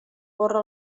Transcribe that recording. borra